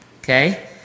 okay